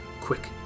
Quick